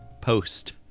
post